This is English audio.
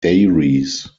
dairies